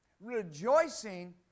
Rejoicing